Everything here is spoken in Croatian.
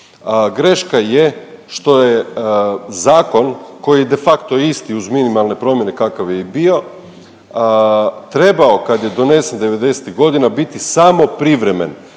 greška je što je zakon koji je de facto isti uz minimalne promjene kakav je i bio, trebao kad je donesen 90.-tih godina biti samo privremen,